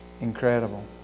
incredible